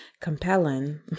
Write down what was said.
compelling